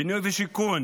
בינוי ושיכון